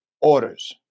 orders